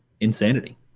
insanity